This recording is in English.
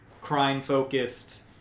crime-focused